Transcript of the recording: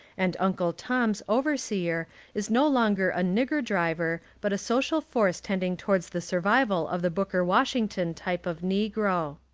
and uncle tom's overseer is no longer a nigger-driver but a so cial force tending towards the survival of the booker washington type of negro.